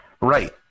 Right